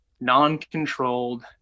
non-controlled